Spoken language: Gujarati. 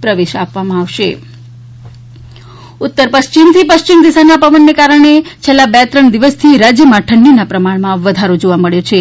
પ્રવેશ આપવામાં આવશે હવામાન ઉત્તર પશ્ચિમથી પશ્ચિમ દિશાન પવનને કારણે છેલ્લા બે ત્રણ દિવસથી રાજ્યમાં ઠંડીના પ્રમાણમાં વધારો જોવા મળ્યો છે